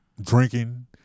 Drinking